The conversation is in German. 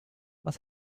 was